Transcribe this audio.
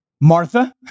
Martha